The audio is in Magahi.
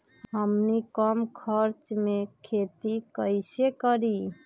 हमनी कम खर्च मे खेती कई से करी?